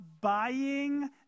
buying